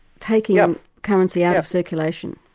taking um currency out of circulation?